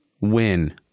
win